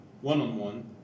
one-on-one